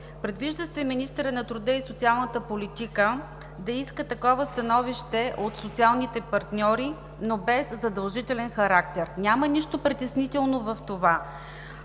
Предвижда се министърът на труда и социалната политика да иска такова становище от социалните партньори, но без задължителен характер. Няма нищо притеснително в това,